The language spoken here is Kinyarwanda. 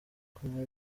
kunywa